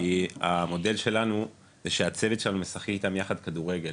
כי המודל שלנו הוא שהצוות שלנו משחק איתם יחד כדורגל